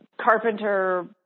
carpenter